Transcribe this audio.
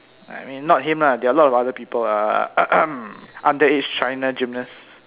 I mean not him lah there are a lot of other people uh underage China gymnasts